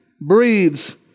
breeds